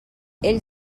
ell